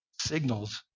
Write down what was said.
signals